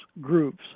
groups